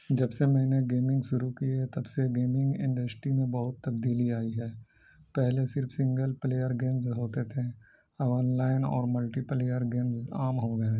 جب سے میں نے گیمنگ شروع کی ہے تب سے گیمنگ انڈسٹری میں بہت تبدیلی آئی ہے پہلے صرف سنگل پلیئر گیمز ہوتے تھے آن لائن اور ملٹی پلیئر گیمز عام ہو گئے ہیں